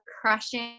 crushing